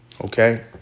okay